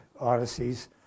Odysseys